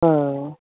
ஆ ஆ